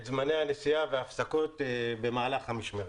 את זמני הנסיעה ואת ההפסקות במהלך המשמרת.